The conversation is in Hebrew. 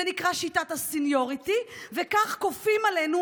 זה נקרא שיטת הסניוריטי וכך כופים עלינו